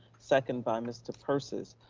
second by mr. persis.